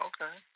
Okay